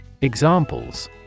examples